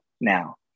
now